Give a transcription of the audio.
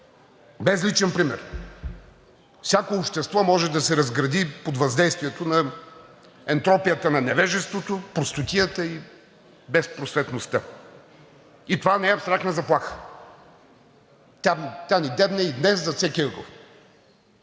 без личен пример всяко общество може да се разгради под въздействието на ентропията, на невежеството, простотията и безпросветността. И това не е абстрактна заплаха – тя ни дебне и днес зад всеки ъгъл.